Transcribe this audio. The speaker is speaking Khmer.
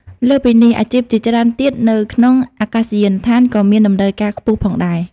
លើសពីនេះ អាជីពជាច្រើនទៀតនៅក្នងអាកាសយានដ្ឋានក៏មានតម្រូវការខ្ពស់ផងដែរ។